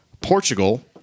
Portugal